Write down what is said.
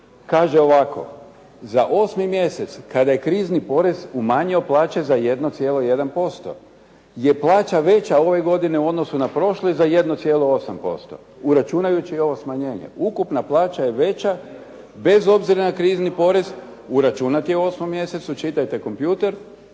kaže ovako. Za osmi mjesec kada je krizni porez umanjio plaće za 1,1% gdje je plaća veća ove godine u odnosu na prošlu za 1,8% uračunajući i ovo smanjenje. Ukupna plaća je veća bez obzira na krizni porez uračunat je u osmom mjesecu, čitajte kompjuter,